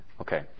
Okay